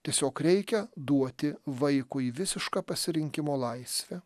tiesiog reikia duoti vaikui visišką pasirinkimo laisvę